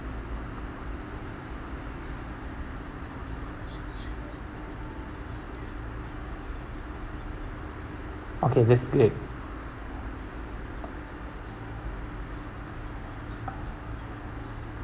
okay this is good